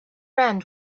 end